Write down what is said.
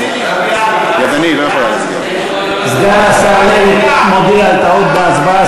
רציתי להודיע, סגן השר לוי מודיע על טעות בהצבעה.